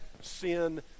sin